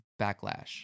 backlash